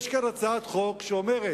יש כאן הצעת חוק שאומרת: